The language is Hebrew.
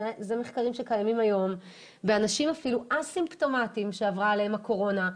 זה מחקרים שקיימים היום באנשים אפילו אסימפטומטיים שעברה עליהם הקורונה,